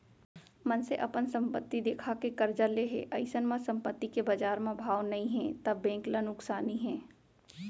मनसे अपन संपत्ति देखा के करजा ले हे अइसन म संपत्ति के बजार म भाव नइ हे त बेंक ल नुकसानी हे